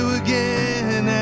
again